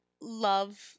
love